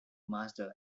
master